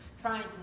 trying